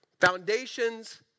Foundations